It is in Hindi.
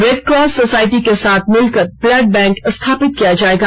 रेड क्रॉस सोसाइटी के साथ मिलकर ब्लड बैंक स्थापित किया जाएगा